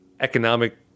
economic